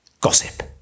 gossip